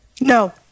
No